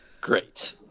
Great